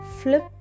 Flip